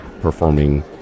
performing